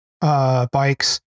bikes